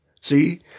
See